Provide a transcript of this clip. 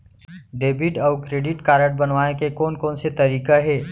Debit अऊ credit card बनवाए के कोन कोन से तरीका हे?